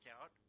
out